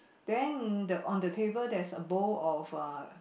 then the on the table there is a bowl of a